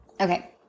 Okay